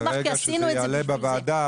ברגע שזה יעלה לוועדה,